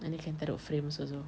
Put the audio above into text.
ah then can taruk frames also